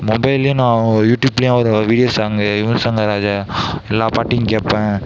மொபைல்லேயும் நான் யூட்யூப்லேயும் அவரோட வீடியோ சாங்கு யுவன் சங்கர் ராஜா எல்லா பாட்டையும் கேட்பேன்